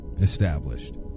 Established